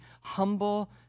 humble